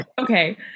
Okay